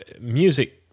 music